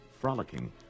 frolicking